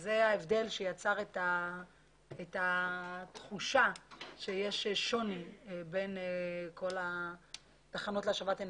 זה ההבדל שיצר את התחושה שיש שוני בין כל התחנות להשבת אנרגיה.